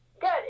Good